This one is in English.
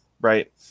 right